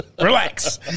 relax